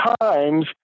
times